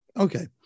Okay